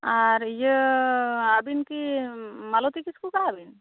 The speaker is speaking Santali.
ᱟᱨ ᱤᱭᱟᱹ ᱟᱹᱵᱤᱱ ᱠᱤ ᱢᱟᱞᱚᱛᱤ ᱠᱤᱥᱠᱩ ᱠᱟᱱᱟ ᱵᱤᱱ